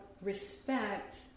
respect